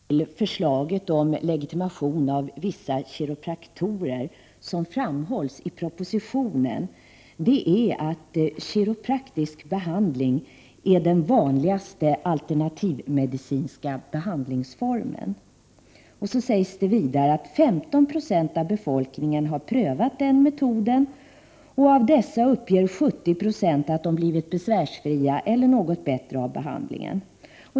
Herr talman! Ett viktigt skäl till förslaget om legitimation av vissa kiropraktorer är, som framhålls i propositionen, att kiropraktisk behandling är den vanligaste alternativmedicinska behandlingsformen. Vidare sägs det att 15 90 av befolkningen har prövat den metoden. Av dessa uppger 70 96 att de har blivit besvärsfria eller något bättre av behandlingen.